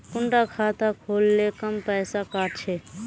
कुंडा खाता खोल ले कम पैसा काट छे?